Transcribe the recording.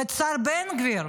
ואת השר בן גביר.